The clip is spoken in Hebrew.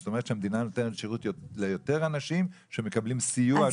זאת אומרת שהמדינה נותנת שירות ליותר אנשים שמקבלים סיוע.